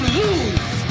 lose